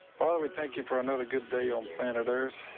father, we thank you for another good day on planet earth.